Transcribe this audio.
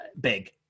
big